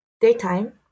daytime